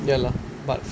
ya lah but